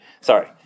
Sorry